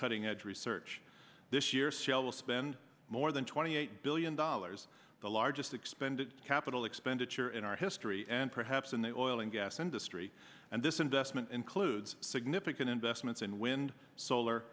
cutting edge research this year shell will spend more than twenty eight billion dollars the largest expended capital expenditure in our history and perhaps in the oil and gas industry and this investment includes significant investments in wind solar